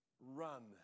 run